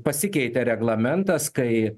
pasikeitė reglamentas kai